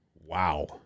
Wow